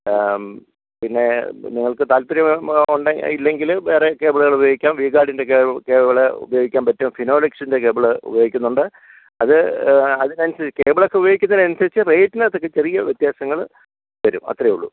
പിന്നെ നിങ്ങൾക്ക് താല്പര്യം ഉണ്ടെങ്കിൽ ഇല്ലെങ്കില് വേറെ കേബിളുകൾ ഉപയോഗിക്കാം വി ഗാർഡിൻ്റെ കേ കേബിള് ഉപയോഗിക്കാൻ പറ്റും ഫിനോലെക്സിൻ്റെ കേബിള് ഉപയോഗിക്കുന്നുണ്ട് അത് അതിനനുസരിച്ച് കേബിളൊക്കെ ഉപയോഗിക്കുന്നതിനനുസരിച്ച് റേറ്റിനകത്തൊക്കെ ചെറിയ വ്യത്യാസങ്ങള് വരും അത്രയും ഉള്ളൂ